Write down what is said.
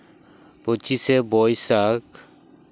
ᱯᱚᱸᱪᱤᱥᱮ ᱵᱳᱭᱥᱟᱠᱷ